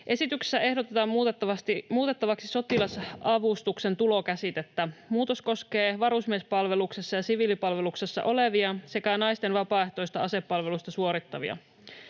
Esityksessä ehdotetaan muutettavaksi sotilasavustuksen tulokäsitettä. Muutos koskee varusmiespalveluksessa ja siviilipalveluksessa olevia sekä naisten vapaaehtoista asepalvelusta suorittavia.